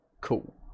Cool